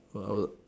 per hour